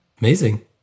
Amazing